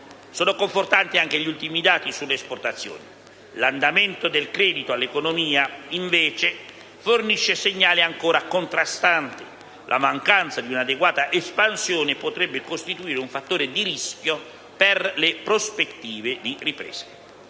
Sono confortanti anche gli ultimi dati sulle esportazioni. L'andamento del credito all'economia, invece, fornisce ancora segnali contrastanti: la mancanza di un'adeguata espansione potrebbe costituire un fattore di rischio per le prospettive di ripresa.